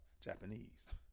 Japanese